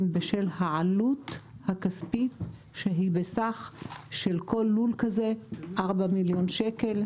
בשל העלות הכספית שהיא בסך של כל לול כזה ארבעה מיליון שקל.